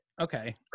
Okay